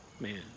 man